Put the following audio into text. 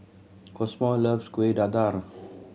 Cosmo loves Kueh Dadar